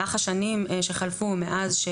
הונחיתי לומר שהסמכויות עוד יידונו בהמשך.